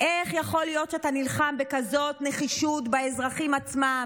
איך יכול להיות שאתה נלחם בכזאת נחישות באזרחים עצמם?